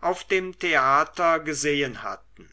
auf dem theater gesehen hatten